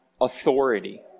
authority